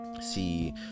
see